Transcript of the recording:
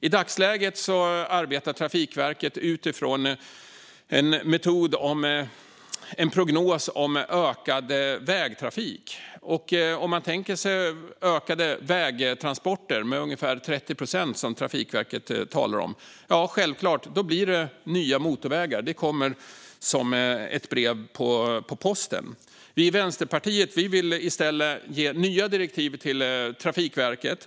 I dagsläget arbetar Trafikverket utifrån en prognos om ökad vägtrafik. Om man tänker sig att vägtransporterna ökar med ungefär 30 procent, som Trafikverket talar om, blir det självklart nya motorvägar; det kommer som ett brev på posten. Vi i Vänsterpartiet vill i stället ge nya direktiv till Trafikverket.